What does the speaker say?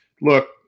look